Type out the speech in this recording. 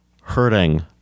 hurting